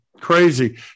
crazy